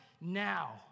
now